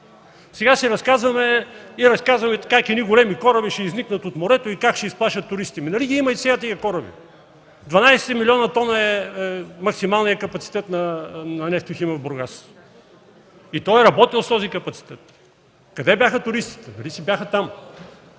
Сега си разказваме как един големи кораби ще изникнат от морето и как ще изплашат туристите. Нали ги има и сега тези кораби?! Дванадесет милиона тона е максималният капацитет на „Нефтохим” в Бургас и той е работил с този капацитет. Къде бяха туристите? Нали